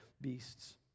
beasts